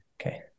Okay